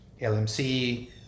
LMC